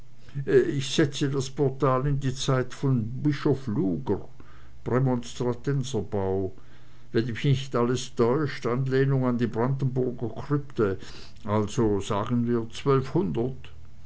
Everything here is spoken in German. ich setze das portal in die zeit von bischof luger prämonstratenserbau wenn mich nicht alles täuscht anlehnung an die brandenburger krypte also sagen wir zwölfhundert